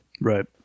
Right